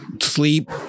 sleep